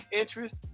interest